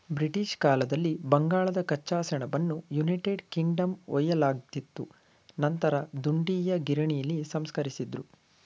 British ಕಾಲದಲ್ಲಿ ಬಂಗಾಳದ ಕಚ್ಚಾ ಸೆಣಬನ್ನು ಯುನೈಟೆಡ್ ಕಿಂಗ್ಡಮ್ಗೆ ಒಯ್ಯಲಾಗ್ತಿತ್ತು ನಂತರ ದುಂಡೀಯ ಗಿರಣಿಲಿ ಸಂಸ್ಕರಿಸಿದ್ರು